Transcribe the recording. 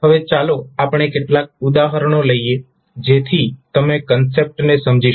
હવે ચાલો આપણે કેટલાક ઉદાહરણો લઈએ જેથી તમે કંસેપ્ટ ને સમજી શકો